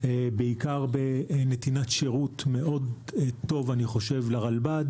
בנתינת שירות מאוד טוב לרלב"ד.